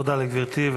תודה לגברתי.